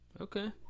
okay